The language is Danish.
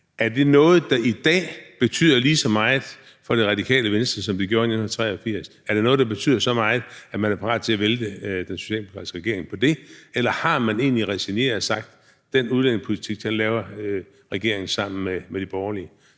Er det noget, der i dag betyder lige så meget for Det Radikale Venstre, som det gjorde i 1983? Er det noget, der betyder så meget, at man er parat til at vælte den socialdemokratiske regering på det? Eller har man egentlig resigneret og sagt: Den udlændingepolitik laver regeringen sammen med de borgerlige?